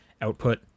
output